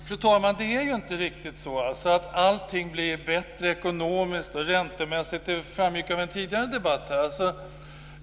Fru talman! Det är inte riktigt så att allting blir bättre ekonomiskt och räntemässigt, det framgick av den tidigare debatten.